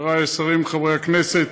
חבריי השרים, חברי הכנסת,